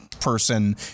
person